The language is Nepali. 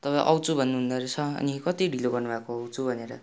तपाईँ आउँछु भन्नुहुँदो रहेछ अनि कति ढिलो गर्नुभएको हो आउँछु भनेर